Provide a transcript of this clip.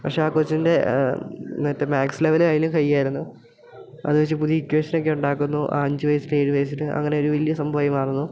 പക്ഷേ ആ കൊച്ചിൻ്റെ മറ്റേ മാത്സ് ലെവല് അതിലും ഹൈയായിരുന്നു അതു വെച്ച് പുതിയ ഇക്വേഷനൊക്കെ ഉണ്ടാക്കുന്നു ആ അഞ്ച് വയസ്സിൽ ഏഴ് വയസ്സിൽ അങ്ങനെ ഒരു വലിയ സംഭവമായി മാറുന്നു